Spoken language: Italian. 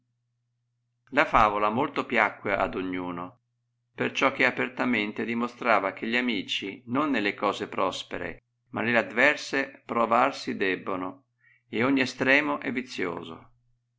la favola molto piacque ad ognuno perciò che apertamente dimostrava che gli amici non nelle cose prospere ma nelle adverse provar si debbono e ogni estremo è vizioso